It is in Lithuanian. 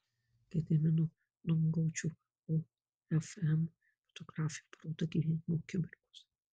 gedimino numgaudžio ofm fotografijų paroda gyvenimo akimirkos